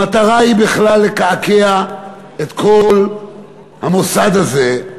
המטרה היא בכלל לקעקע את כל המוסד הזה,